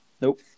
Nope